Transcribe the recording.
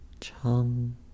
Chum